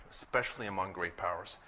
especially among great powers.